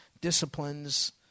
disciplines